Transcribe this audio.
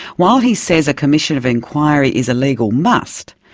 while he says a commission of inquiry is a legal must,